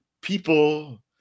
People